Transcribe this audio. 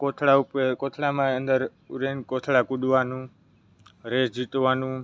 કોથળા ઉપર કોથળામાં અંદર ઉલળીને કોથળા કુદવાનું રેસ જીતવાનું